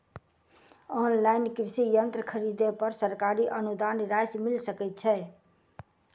Online कृषि यंत्र खरीदे पर सरकारी अनुदान राशि मिल सकै छैय?